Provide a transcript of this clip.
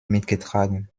mitgetragen